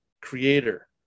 creator